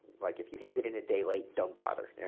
like if you hand it in a day late, don't bother. and